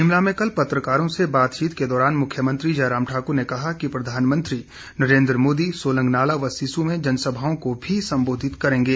शिमला में कल पत्रकारों से बातचीत के दौरान मुख्यमंत्री जयराम ठाक्र ने कहा कि प्रधानमंत्री नरेन्द्र मोदी सोलंग नाला व सिस्सू में जनसभाओं को संबोधित करेंगे